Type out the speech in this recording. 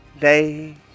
day